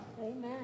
Amen